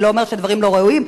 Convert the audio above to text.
אני לא אומרת שהדברים לא ראויים,